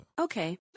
Okay